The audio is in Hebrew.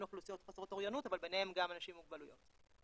אוכלוסיות חסרות אוריינות וביניהן גם אנשים עם מוגבלויות.